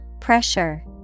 Pressure